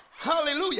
Hallelujah